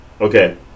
Okay